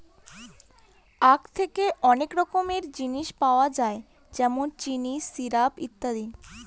আঁখ থেকে অনেক রকমের জিনিস পাওয়া যায় যেমন চিনি, সিরাপ, ইত্যাদি